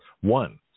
One